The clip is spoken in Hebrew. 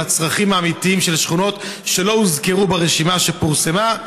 על הצרכים האמיתיים של השכונות שלא הוזכרו ברשימה שפורסמה,